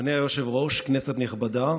אדוני היושב-ראש, כנסת נכבדה,